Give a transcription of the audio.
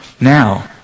Now